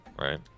right